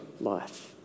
life